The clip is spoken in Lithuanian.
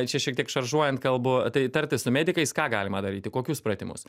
čia šiek tiek šaržuojant kalbu tai tartis su medikais ką galima daryti kokius pratimus